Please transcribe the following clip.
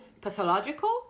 Pathological